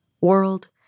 World